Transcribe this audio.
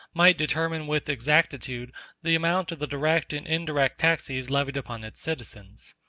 might determine with exactitude the amount of the direct and indirect taxes levied upon the citizens.